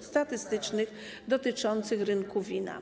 statystycznych dotyczących rynku wina.